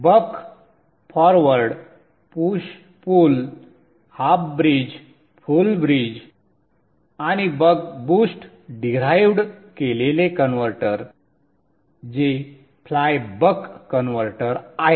बक forward push pull half bridge full bridge आणि buck boost derived केलेले converter जे fly buck converter आहे